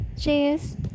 Cheers